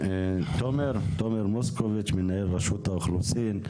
תומר מוסקוביץ', מנכ"ל רשות האוכלוסין,